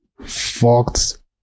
fucked